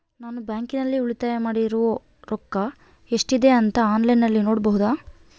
ನಾನು ಬ್ಯಾಂಕಿನಲ್ಲಿ ಉಳಿತಾಯ ಮಾಡಿರೋ ರೊಕ್ಕ ಎಷ್ಟಿದೆ ಅಂತಾ ಆನ್ಲೈನಿನಲ್ಲಿ ನೋಡಬಹುದಾ?